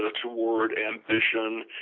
ah toward ambition,